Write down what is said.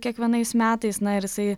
kiekvienais metais na ir jisai